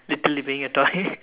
literally being a toy